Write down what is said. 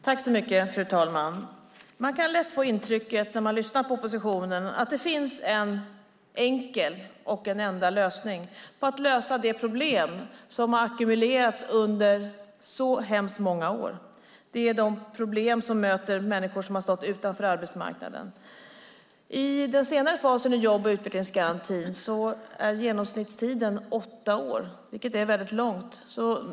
Fru talman! När man lyssnar på oppositionen kan man lätt få intrycket att det finns en enkel lösning på de problem som har ackumulerats under så många år. Det är de problem som möter människor som har stått utanför arbetsmarknaden. I den senare fasen i jobb och utvecklingsgarantin är genomsnittstiden åtta år, vilket är en mycket lång tid.